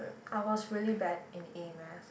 I was really bad in a math